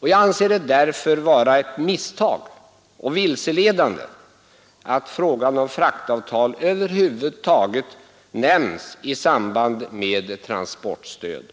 Jag anser det därför vara ett misstag och vilseledande att frågan om fraktavtal över huvud taget nämns i samband med transportstöd.